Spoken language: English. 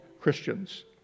Christians